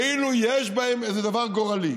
כאילו יש בהם איזה דבר גורלי.